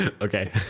Okay